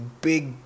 big